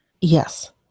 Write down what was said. Yes